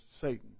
Satan